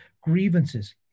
grievances